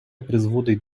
призводить